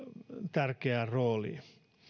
tärkeään rooliin